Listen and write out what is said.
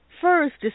First